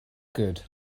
good